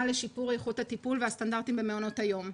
לשיפור איכות הטיפול והסטנדרטים במעונות היום.